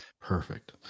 Perfect